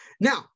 Now